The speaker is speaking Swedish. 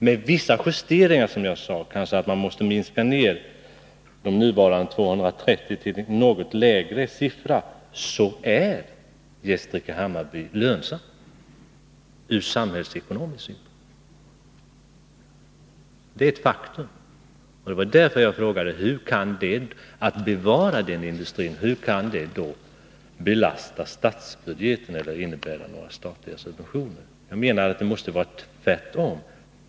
Med vissa justeringar — man kanske måste minska nuvarande 230 anställda till en något lägre siffra — är Gästrike-Hammarby lönsamt från samhällsekonomisk synpunkt. Det är ett faktum. Det var därför jag frågade hur ett bevarande av den industrin kan belasta statsbudgeten eller innebära statliga subventioner. Det måste vara tvärtom.